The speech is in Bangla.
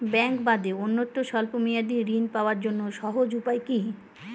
ব্যাঙ্কে বাদে অন্যত্র স্বল্প মেয়াদি ঋণ পাওয়ার জন্য সহজ উপায় কি?